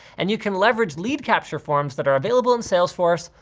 and you can leverage lead capture forms that are available in salesforce,